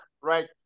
right